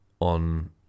on